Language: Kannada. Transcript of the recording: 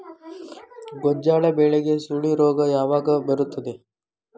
ಗೋಂಜಾಳ ಬೆಳೆಗೆ ಸುಳಿ ರೋಗ ಯಾವಾಗ ಬರುತ್ತದೆ?